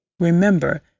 Remember